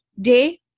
day